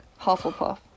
hufflepuff